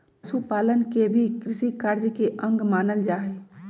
पशुपालन के भी कृषिकार्य के अंग मानल जा हई